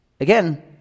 again